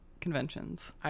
conventions